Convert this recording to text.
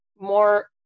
more